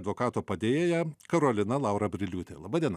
advokato padėjėja karolina laura briliūtė laba diena